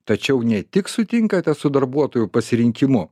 tačiau ne tik sutinkate su darbuotojų pasirinkimu